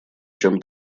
чем